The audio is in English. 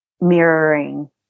mirroring